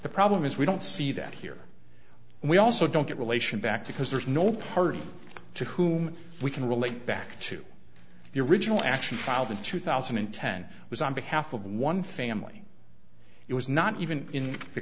the problem is we don't see that here we also don't get relation back to because there's no party to whom we can relate back to the original action filed in two thousand and ten was on behalf of one family it was not even in the